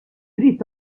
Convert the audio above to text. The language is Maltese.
trid